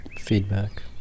feedback